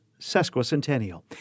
sesquicentennial